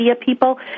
people